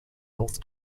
north